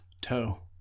Toe